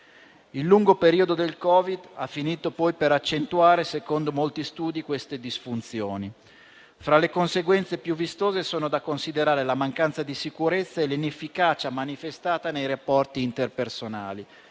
Il lungo periodo del Covid-19 ha finito poi per accentuare, secondo molti studi, queste disfunzioni. Fra le conseguenze più vistose sono da considerare la mancanza di sicurezza e l'inefficacia manifestata nei rapporti interpersonali;